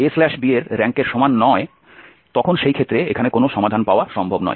b এর র্যাঙ্কের সমান নয় তখন সেই ক্ষেত্রে এখানে কোনও সমাধান পাওয়া সম্ভব নয়